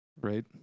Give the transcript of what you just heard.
Right